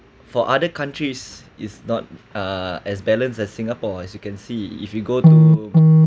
for other countries is not uh as balance as singapore as you can see if you go to